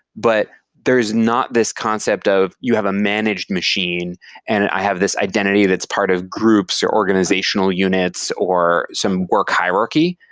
but there is not this concept of, you have a managed machine and i have this identity that's part of groups or organizational units or some work hierarchy,